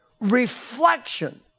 Reflection